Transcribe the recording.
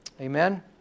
Amen